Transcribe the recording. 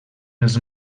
els